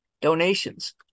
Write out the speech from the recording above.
donations